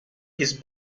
his